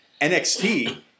NXT